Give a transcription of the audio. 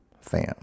fam